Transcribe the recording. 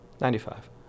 Ninety-five